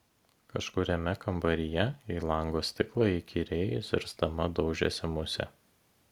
kažkuriame kambaryje į lango stiklą įkyriai zirzdama daužėsi musė